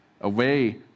away